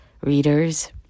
readers